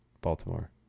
Baltimore